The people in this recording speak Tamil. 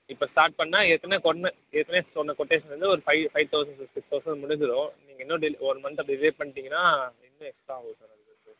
இப்போ ஸ்டார்ட் பண்ணால் ஏற்கனவே சொன்ன ஏற்கனவே சொன்ன கொட்டேஷனில் இருந்து ஒரு five five thousand to six thousand முடிஞ்சுரும் நீங்கள் இன்னும் டில் ஒன் மந்த் டிலே பண்ணிட்டிங்கன்னா எனக்கு தெரிஞ்சு எக்ஸ்ட்ரா ஆகும் சார்